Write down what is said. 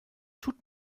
tut